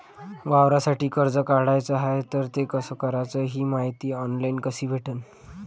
वावरासाठी कर्ज काढाचं हाय तर ते कस कराच ही मायती ऑनलाईन कसी भेटन?